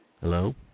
Hello